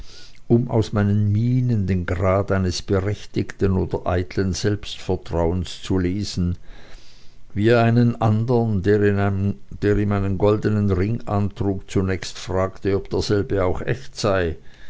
um aus meiner miene den grad eines berechtigten oder eiteln selbstvertrauens zu lesen wie er einen andern der ihm einen goldenen ring antrug zunächst fragte ob derselbe auch echt sei